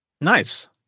Nice